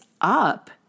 up